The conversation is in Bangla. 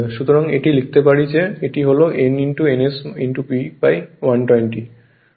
সুতরাং এটি লিখতে পারি যে এটি হল n ns P 120 হবে